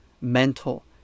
mental